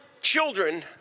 children